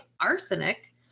arsenic